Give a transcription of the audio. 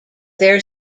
their